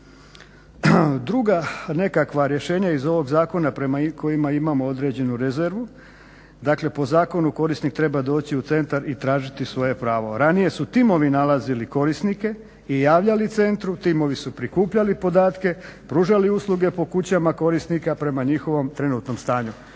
Druga nekakva rješenja iz ovog zakona prema kojemu imamo određenu rezervu dakle po zakonu korisnik treba doći u centar i tražiti svoje pravo. Ranije su timovi nalazili korisnike i javljali centru, timovi su prikupljali podatke, pružali usluge po kućama korisnika prema njihovom trenutnom stanju.